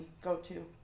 go-to